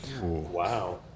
wow